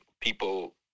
people